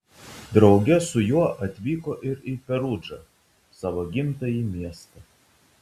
drauge su juo atvyko ir į perudžą savo gimtąjį miestą